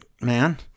man